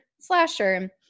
Slasher